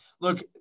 look